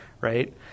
right